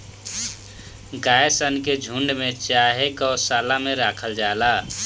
गाय सन के झुण्ड में चाहे गौशाला में राखल जाला